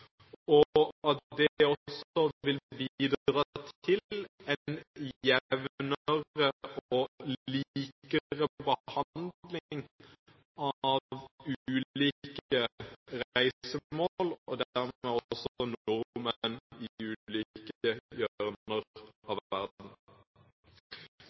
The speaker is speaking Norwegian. positivt, og at det også vil bidra til en jevnere og likere behandling av ulike reisemål, og dermed også av nordmenn i ulike hjørner av verden. Det er også viktig å få frem her at det